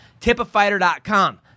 tipafighter.com